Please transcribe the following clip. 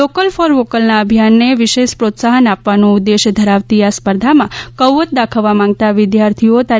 local for વૉકલના અભિયાનને વિશેષ પ્રોત્સાહન આપવાનો ઉદ્દેશ ધરાવતી આ સ્પર્ધા માં કૌવત દાખવવા માંગતા વિદ્યાર્થીઓ તા